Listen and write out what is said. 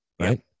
right